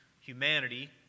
humanity